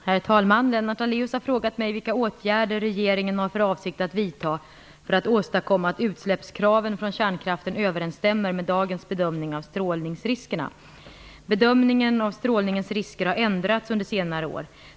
Herr talman! Lennart Daléus har frågat mig vilka åtgärder regeringen har för avsikt att vidta för att åstadkomma att utsläppskraven från kärnkraften överensstämmer med dagens bedömning av strålningsriskerna. Bedömningen av strålningens risker har ändrats under senare år.